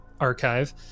archive